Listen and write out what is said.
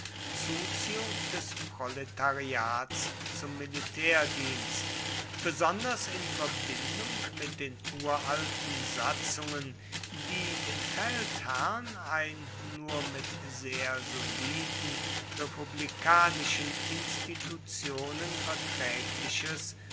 zuziehung des proletariats zum militärdienst besonders in verbindung mit den uralten satzungen die dem feldherrn ein nur mit sehr soliden republikanischen institutionen verträgliches